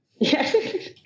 Yes